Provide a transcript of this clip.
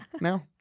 now